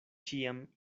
ĉiam